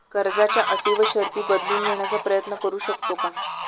कर्जाच्या अटी व शर्ती बदलून घेण्याचा प्रयत्न करू शकतो का?